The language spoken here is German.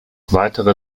weitere